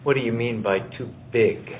what do you mean by too big